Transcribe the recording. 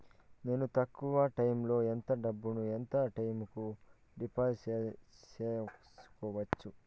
నేను తక్కువ టైములో ఎంత డబ్బును ఎంత టైము కు డిపాజిట్లు సేసుకోవచ్చు?